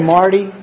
Marty